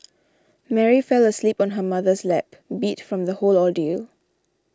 Mary fell asleep on her mother's lap beat from the whole ordeal